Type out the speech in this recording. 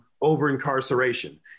over-incarceration